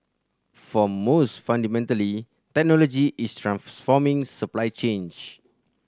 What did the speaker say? for most fundamentally technology is transforming supply chains